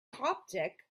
coptic